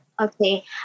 Okay